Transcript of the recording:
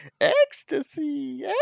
ecstasy